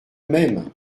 même